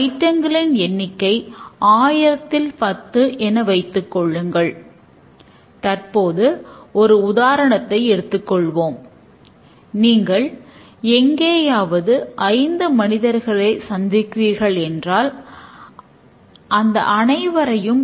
இது அந்த நிலையில் உள்ள செயல்பாடுகள் என்ன அவை என்ன தரவுகளை எடுத்துக்கொள்கின்றன மற்றும் என்ன தரவுகளை வெளியீடாகக் கொடுக்கின்றன என்பதையே காண்பிக்கிறது